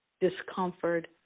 discomfort